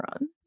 run